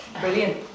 brilliant